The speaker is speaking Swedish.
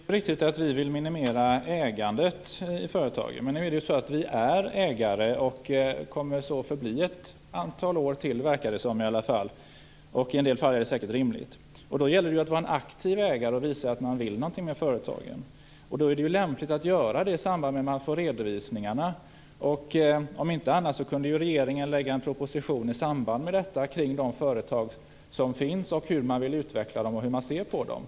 Fru talman! Det är riktigt att vi vill minimera ägandet i företagen. Men vi är ägare och kommer så att förbli i ett antal år, som det verkar. I en del fall är det säkert rimligt. Då gäller det att vara en aktiv ägare och visa att man vill någonting med företagen. Då är det lämpligt att göra det i samband med att man får redovisningarna. Om inte annat kunde regeringen lägga fram en proposition i samband med detta om de företag som finns, hur man vill utveckla dem och hur man ser på dem.